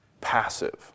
passive